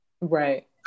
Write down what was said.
Right